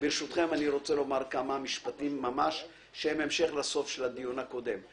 ברשותכם אני רוצה לומר כמה משפטים שהם המשך לסוף של הדיון הקודם.